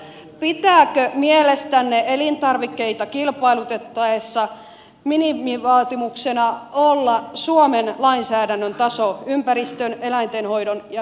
pitääkö mielestänne elintarvikkeita kilpailutettaessa minimivaatimuksena olla suomen lainsäädännön taso ympäristön eläintenhoidon ja hygienian osalta